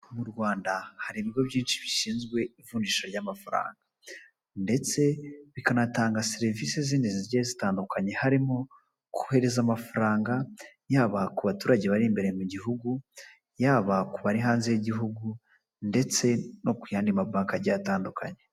Mu Rwanda hari ibigo byinshi bishinzwe ivunjisha ry'amafaranga ndetse bikanatanga serivisi zindi zigiye zitandukanye harimo kohereza amafaranga yaba ku baturage bari imbere mu gihugu, yaba ku bari hanze y'igihugu ndetse no ku yandi mabanke agiye atandukanye.